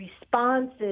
responses